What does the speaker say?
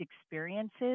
experiences